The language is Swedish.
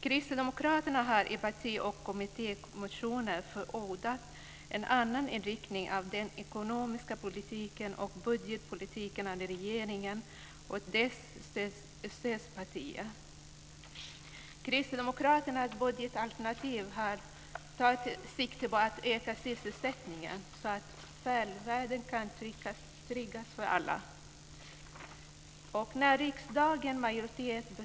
Kristdemokraterna har i parti och kommittémotioner förordat en annan inriktning av den ekonomiska politiken och budgetpolitiken än den regeringen och dess stödpartier står för. Kristdemokraternas budgetalternativ tar sikte på att öka sysselsättningen så att välfärden kan tryggas för alla.